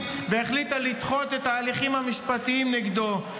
והחליטה לדחות את ההליכים המשפטיים נגדו.